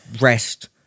rest